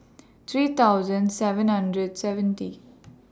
three thousand seven hundred seventy